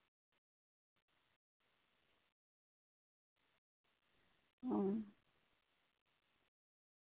ᱚ